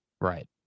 right